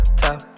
top